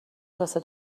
واسه